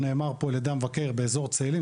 נאמר פה על ידי המבקר באזור צאלים,